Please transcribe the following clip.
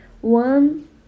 one